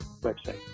website